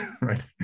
right